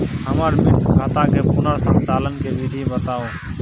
हमर मृत खाता के पुनर संचालन के विधी बताउ?